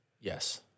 Yes